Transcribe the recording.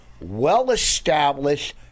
well-established